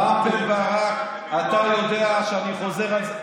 רם בן ברק, אתה יודע שאני חוזר על זה.